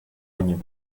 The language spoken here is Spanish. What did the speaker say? año